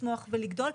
לצמוח ולגדול,